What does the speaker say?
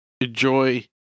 Enjoy